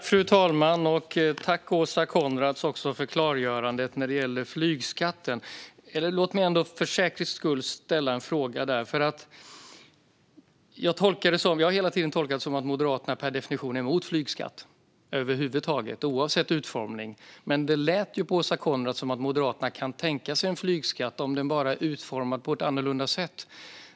Fru talman! Tack, Åsa Coenraads, för klargörandet när det gäller flygskatten! Låt mig ändå för säkerhets skull ställa en fråga. Jag har hela tiden tolkat det som att Moderaterna per definition är emot flygskatt - över huvud taget och oavsett utformning. Men nu lät det på Åsa Coenraads som att Moderaterna kan tänka sig en flygskatt, om den bara är utformad på ett annorlunda sätt.